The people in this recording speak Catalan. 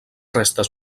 restes